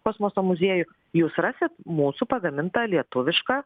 kosmoso muziejų jūs rasit mūsų pagamintą lietuvišką